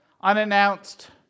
unannounced